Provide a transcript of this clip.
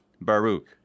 Baruch